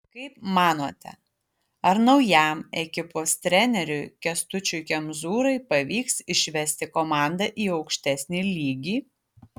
kaip manote ar naujam ekipos treneriui kęstučiui kemzūrai pavyks išvesti komandą į aukštesnį lygį